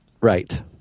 Right